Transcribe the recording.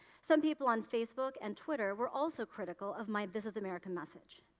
some people on facebook and twitter were also critical of my this is america message.